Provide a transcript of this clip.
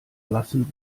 lassen